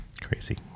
Crazy